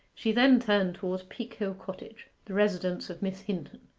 she then turned towards peakhill cottage, the residence of miss hinton,